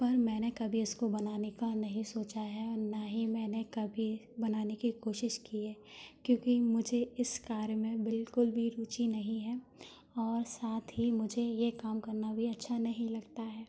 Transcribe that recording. पर मैंने कभी इसको बनाने का नहीं सोचा है ना ही मैंने कभी बनाने की कोशिश की है क्योंकि मुझे इस कार्य में बिल्कुल भी रूचि नहीं हैं और साथ ही मुझे ये काम करना भी अच्छा नहीं लगता है